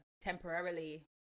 temporarily